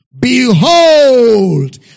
Behold